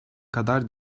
kadar